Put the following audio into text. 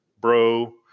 bro